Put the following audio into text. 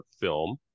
film